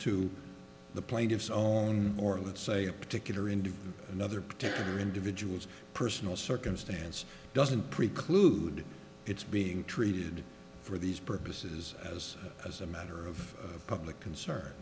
to the plaintiff's own or let's say a particular into another particular individual's personal circumstance doesn't preclude its being treated for these purposes as as a matter of public concern